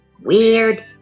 weird